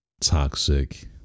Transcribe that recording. toxic